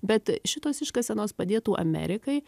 bet šitos iškasenos padėtų amerikai